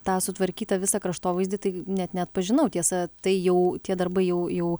tą sutvarkytą visą kraštovaizdį tai net neatpažinau tiesa tai jau tie darbai jau jau